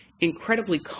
incredibly